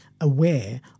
aware